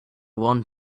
one